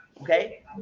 Okay